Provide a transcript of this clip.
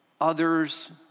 Others